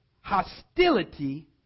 hostility